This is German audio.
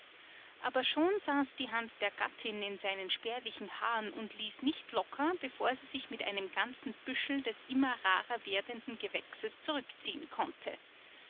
aber schon saß die hand der gattin in seinen spärlichen haaren und ließ nicht locker bevor sie sich mit einem ganzen büschel des immer rarer werdenden gewächses zurückziehen konnte